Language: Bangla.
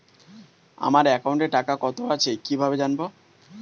আমার একাউন্টে টাকা কত আছে কি ভাবে জানবো?